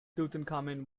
tutankhamen